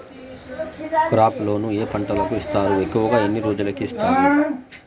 crop loan ఏ పంటలకు ఇస్తారు ఎక్కువగా ఎన్ని రోజులకి ఇస్తారు